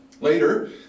later